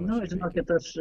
nu žinokit aš